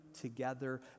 together